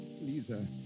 Lisa